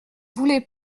voulez